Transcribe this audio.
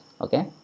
okay